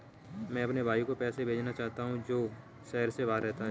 मैं अपने भाई को पैसे भेजना चाहता हूँ जो शहर से बाहर रहता है